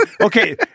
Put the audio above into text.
Okay